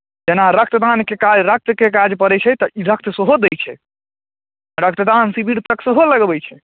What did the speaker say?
जेना रक्तदानके काज रक्तके काज पड़ैत छै तऽ ई रक्त सेहो दैत छै रक्तदान शिविरसभ सेहो लगबैत छै